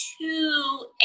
Two